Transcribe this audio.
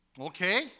Okay